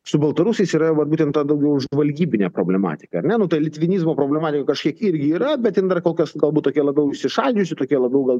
su baltarusiais yra vat būtent ta daugiau žvalgybinė problematika ar ne nu ta litvinizmo problematika kažkiek irgi yra bet jin dar kol kas galbūt tokia labiau įsišaldžiusi tokia labiau gal